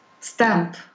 stamp